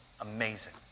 Amazing